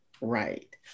right